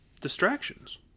distractions